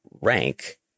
rank